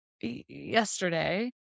yesterday